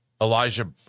Elijah